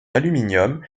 aluminium